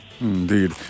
Indeed